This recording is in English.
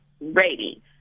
ready